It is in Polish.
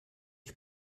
ich